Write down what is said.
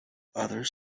others